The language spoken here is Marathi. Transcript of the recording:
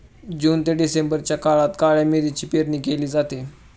जून ते डिसेंबरच्या काळात काळ्या मिरीची पेरणी केली जाते